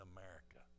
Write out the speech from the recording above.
America